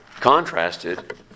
Contrasted